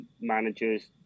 managers